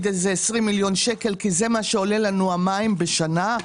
20 מיליון שקלים כי זה מה שעולים לנו המים בשנה.